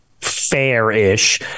fair-ish